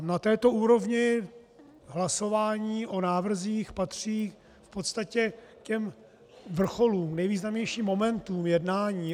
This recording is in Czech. Na této úrovni hlasování o návrzích patří v podstatě k vrcholům, k nejvýznamnějším momentům jednání.